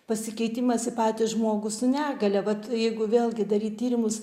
pasikeitimas į patį žmogų su negalia vat jeigu vėlgi daryt tyrimus